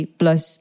plus